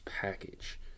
package